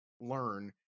learn